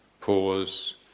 Pause